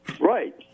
Right